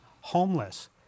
homeless